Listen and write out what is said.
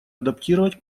адаптировать